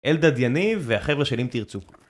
אלדד יניב והחבר'ה של "אם תרצו"